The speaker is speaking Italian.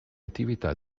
attività